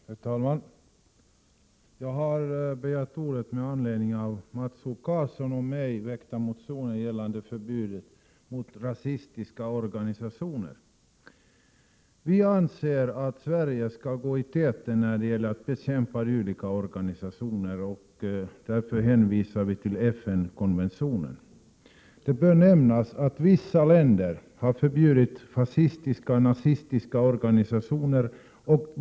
Herr talman! Jag har begärt ordet med anledning av den av Mats O Karlsson och mig väckta motionen om förbud mot rasistiska organisationer. Vi anser att Sverige skall gå i täten när det gäller att bekämpa dylika organisationer, och därför hänvisar vi till FN-konventionen. Det kan nämnas att vissa länder har förbjudit fascistiska och nazistiska organisationer.